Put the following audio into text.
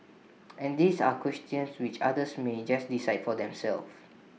and these are questions which others may just decide for themselves